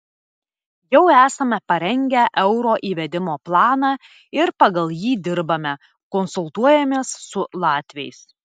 jau esame parengę euro įvedimo planą ir pagal jį dirbame konsultuojamės su latviais